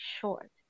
short